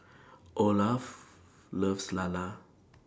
Olaf loves Lala